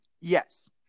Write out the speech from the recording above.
Yes